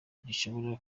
ntirishobora